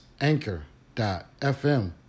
anchor.fm